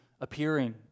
appearing